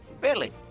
billy